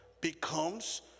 becomes